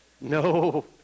No